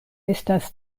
estas